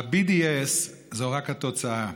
ה-BDS זו רק התוצאה.